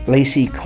Lacey